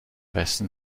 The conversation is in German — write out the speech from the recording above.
westen